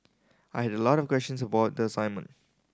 I had a lot of questions about the assignment